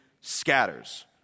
scatters